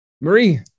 Marie